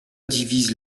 divise